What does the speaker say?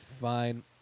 Fine